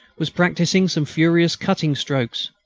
was practising some furious cutting-strokes.